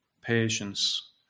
patience